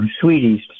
Sweeties